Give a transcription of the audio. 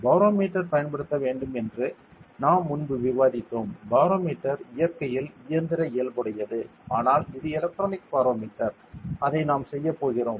barometer பயன்படுத்தப்பட வேண்டும் என்று நாம் முன்பு விவாதித்தோம் பாரோமீட்டர் இயற்கையில் இயந்திர இயல்புடையது ஆனால் இது எலக்ட்ரானிக் பாரோமீட்டர் அதை நாம் செய்யப்போகிறோம்